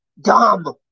dumb